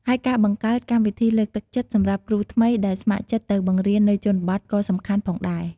ហើយការបង្កើត កម្មវិធីលើកទឹកចិត្ត សម្រាប់គ្រូថ្មីដែលស្ម័គ្រចិត្តទៅបង្រៀននៅជនបទ ក៏សំខាន់ផងដែរ។